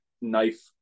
knife